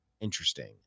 Interesting